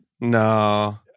No